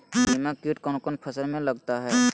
दीमक किट कौन कौन फसल में लगता है?